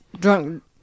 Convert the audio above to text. drunk